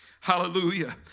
Hallelujah